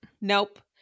nope